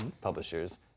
publishers